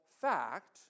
fact